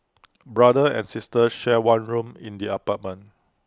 brother and sister shared one room in the apartment